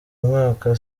mwaka